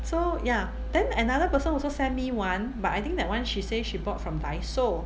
so ya then another person also send me [one] but I think that [one] she say she bought from Daiso